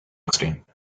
extent